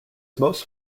most